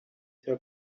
cya